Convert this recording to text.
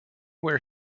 where